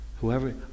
whoever